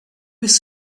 was